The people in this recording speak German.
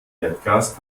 erdgas